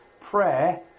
prayer